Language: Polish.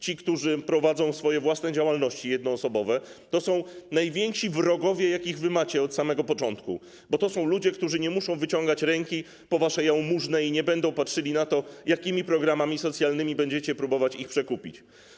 Ci, którzy prowadzą swoje własne działalności jednoosobowe, to są najwięksi wrogowie, jakich macie od samego początku, bo to są ludzie, którzy nie muszą wyciągać ręki po waszą jałmużnę i nie będą patrzyli na to, jakimi programami socjalnymi będziecie próbować ich przekupić.